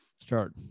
start